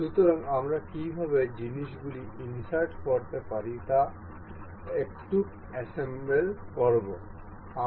সুতরাং আমরা কীভাবে জিনিসগুলি ইন্সার্ট করতে পারি তা একটু অ্যাসেম্বল করবো